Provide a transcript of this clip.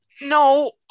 No